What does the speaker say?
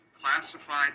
classified